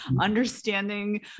understanding